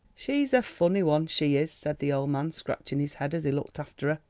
she's a funny one she is, said the old man scratching his head as he looked after her,